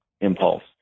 impulse